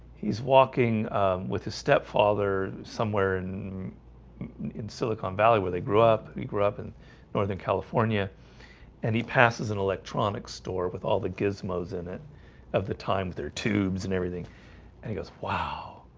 he's walking with his stepfather somewhere and in silicon valley where they grew up he grew up in northern california and he passes an electronics store with all the gizmos in it of the time their tubes and everything and he goes wow